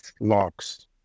locks